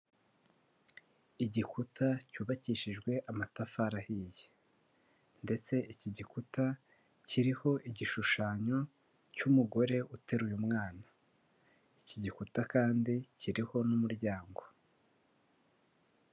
Igikuta cyubakishijwe amatafari ahiye. Ndetse iki gikuta kiriho igishushanyo cy'umugore uteruye umwana, iki gikuta kandi kiriho n'umuryango.